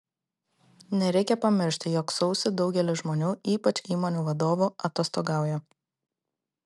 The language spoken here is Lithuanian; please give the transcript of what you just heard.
nereikia pamiršti jog sausį daugelis žmonių ypač įmonių vadovų atostogauja